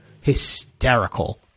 hysterical